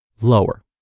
lower